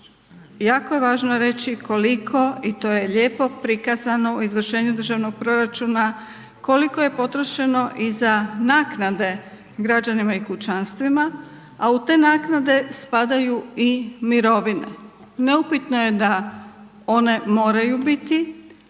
jako je važno reći koliko i to je lijepo prikazano u izvršenju državnog proračuna, koliko je potrošeno i za naknade građanima i kućanstvima, a u te naknade spadaju i mirovine. Neupitno je da one moraju biti,